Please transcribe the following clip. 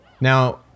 Now